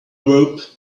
rope